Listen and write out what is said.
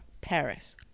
Paris